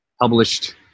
published